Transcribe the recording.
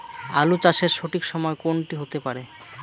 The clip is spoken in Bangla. আলু চাষের সঠিক সময় কোন টি হতে পারে?